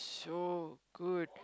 so good